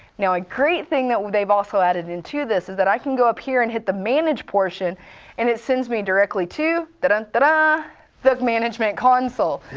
now a great thing that they've also added into this is that i can go up here and hit the manage portion and it sends me directly to. ah the management console.